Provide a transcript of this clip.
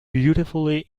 beautifully